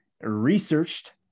researched